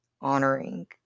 honoring